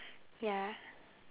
ya